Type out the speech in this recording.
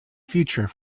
future